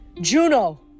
Juno